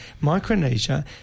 Micronesia